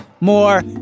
more